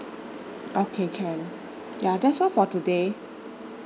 okay can ya that's all for today